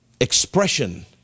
expression